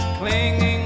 clinging